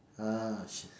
ah